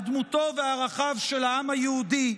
על דמותו וערכיו של העם היהודי,